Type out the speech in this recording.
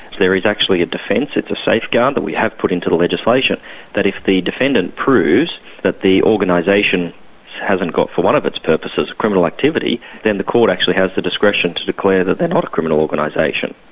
there is actually a defence it's a safeguard that we have put into the legislation that if the defendant proves that the organisation hasn't got for one of its purposes criminal activity, then the court actually has the discretion to declare that they're not a criminal organisation.